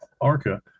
arca